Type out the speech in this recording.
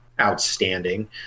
outstanding